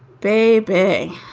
baby,